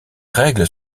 règles